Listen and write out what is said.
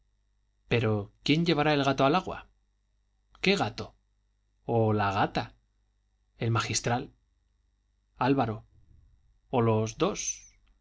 pero quién llevará el gato al agua qué gato o la gata el magistral álvaro o los dos o